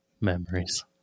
memories